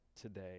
today